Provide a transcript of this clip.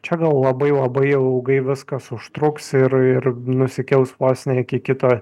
čia gal labai labai ilgai viskas užtruks ir ir nusikels vos ne iki kito